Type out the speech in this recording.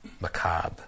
macabre